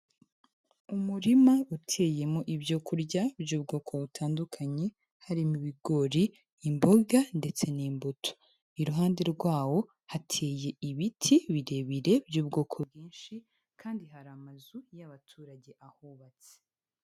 Umurima uteyemo ibyo kurya by'ubwoko butandukanye, harimo ibigori, imboga ndetse n'imbuto. Iruhande rwawo hateye ibiti birebire by'ubwoko bwinshi, kandi hari amazu y'abaturage ahubatse.